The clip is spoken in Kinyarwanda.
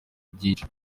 byinshi